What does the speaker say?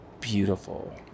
beautiful